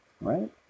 right